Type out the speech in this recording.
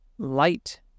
Light